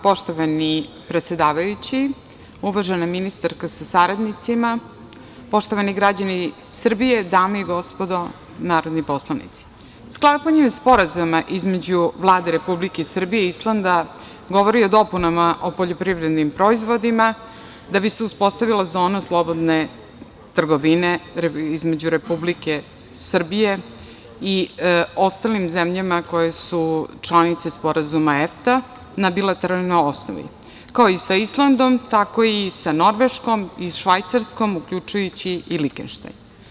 Poštovani predsedavajući, uvažena ministarka sa saradnicima, poštovani građani Srbije, dame i gospodo narodni poslanici, sklapanje Sporazuma između Vlade Republike Srbije i Islanda govori o dopunama o poljoprivrednim proizvodima da bi se uspostavila zona slobodne trgovine između Republike Srbije i ostalim zemljama koje su članice Sporazuma EFTA na bilateralnoj osnovi, kao i sa Islandom, tako i sa Norveškom i Švajcarskom, uključujući i Lihtenštajn.